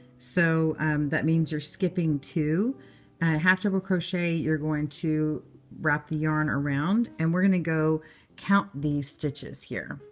so that means you're skipping two. a half double crochet, you're going to wrap the yarn around. and we're going to go count these stitches here.